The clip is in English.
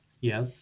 Yes